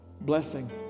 blessing